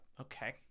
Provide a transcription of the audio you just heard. okay